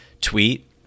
tweet